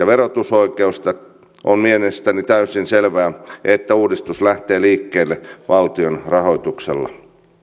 verotusoikeutta on mielestäni täysin selvää että uudistus lähtee liikkeelle valtion rahoituksella